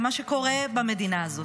למה שקורה במדינה הזאת.